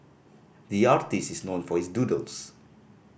the artist is known for his doodles